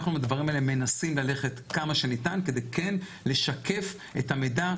אנחנו עם הדברים האלה מנסים ללכת כמה שניתן כדי כן לשקף את המידע,